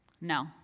no